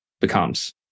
becomes